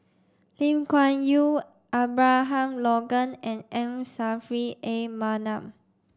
Lim Kuan Yew Abraham Logan and M Saffri A Manaf